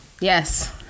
yes